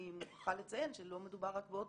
אני מוכרחה לציין שלא מדובר רק באוטיסטים,